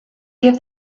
give